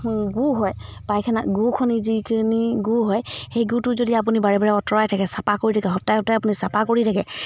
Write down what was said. গূ হয় পায়খানা গূখিনি যিখিনি গূ হয় সেই গূটো যদি আপুনি বাৰে বাৰে অঁতৰাই থাকে চফা কৰি থাকে সপ্তাহে সপ্তাহে আপুনি চাফা কৰি থাকে